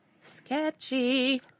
Sketchy